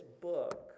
book